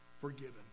forgiven